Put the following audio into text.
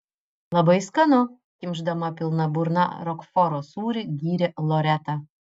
labai skanu kimšdama pilna burna rokforo sūrį gyrė loreta